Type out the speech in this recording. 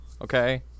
okay